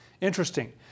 interesting